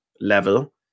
level